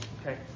Okay